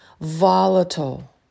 volatile